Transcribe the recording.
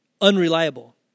Unreliable